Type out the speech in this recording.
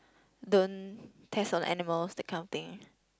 don't test on animals that kind of thing